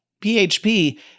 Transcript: PHP